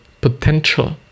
potential